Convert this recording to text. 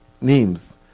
names